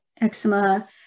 Eczema